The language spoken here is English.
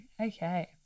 Okay